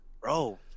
bro